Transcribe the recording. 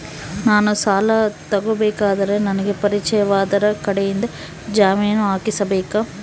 ನಾನು ಸಾಲ ತಗೋಬೇಕಾದರೆ ನನಗ ಪರಿಚಯದವರ ಕಡೆಯಿಂದ ಜಾಮೇನು ಹಾಕಿಸಬೇಕಾ?